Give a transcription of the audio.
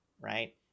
right